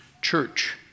Church